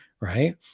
Right